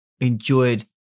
enjoyed